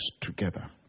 together